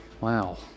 wow